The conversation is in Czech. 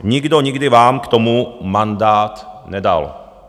Nikdo nikdy vám k tomu mandát nedal.